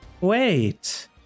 wait